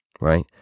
right